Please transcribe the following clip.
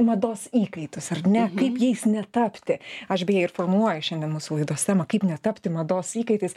mados įkaitus ar ne kaip jais netapti aš beje ir formuluoju šiandien mūsų laidos temą kaip netapti mados įkaitais